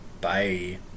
Bye